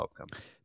outcomes